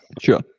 Sure